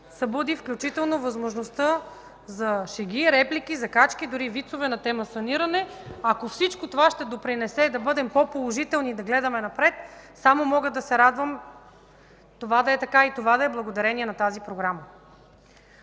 събуди включително възможността за шеги, реплики, закачки, дори вицове на тема саниране. Ако всичко това ще допринесе да бъдем по-положителни и да гледаме напред, само мога да се радвам това да е така и да е благодарение на тази Програма.